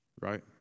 right